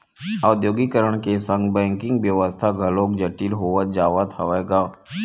औद्योगीकरन के संग बेंकिग बेवस्था घलोक जटिल होवत जावत हवय गा